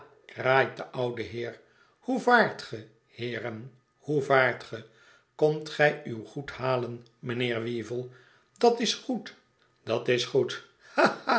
kraait de oude heer hoe vaart ge heeren hoe vaart ge komt gij uw goed halen mijnheer weevle dat is goed dat is goed